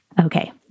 Okay